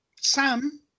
Sam